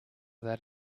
that